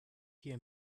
hier